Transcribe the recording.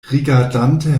rigardante